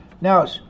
now